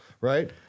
right